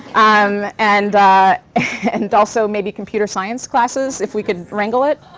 um and and also maybe computer science classes if we could wrangle it.